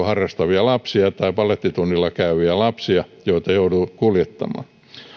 harrastavia lapsia tai balettitunnilla käyviä lapsia joita joutuu kuljettamaan